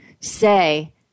say